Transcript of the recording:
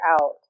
out